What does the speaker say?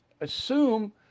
assume